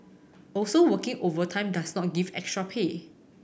also working overtime does not give extra pay